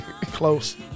Close